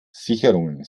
sicherungen